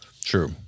True